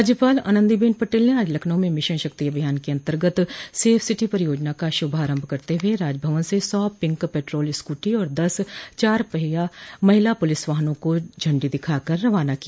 राज्यपाल आनन्दी बेन पटेल ने आज लखनऊ में मिशन शक्ति अभियान के अन्तर्गत सेफ सिटी परियोजना का शुभारम्भ करते हुए राजभवन से सौ पिंक पेट्रोल स्कूटी और दस चार पहिया महिला पुलिस वाहनों का झण्डी दिखाकर रवाना किया